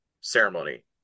ceremony